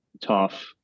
tough